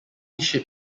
ship